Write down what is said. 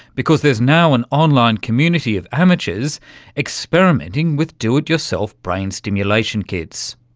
because there's now an online community of amateurs experimenting with do-it-yourself brain stimulation kits.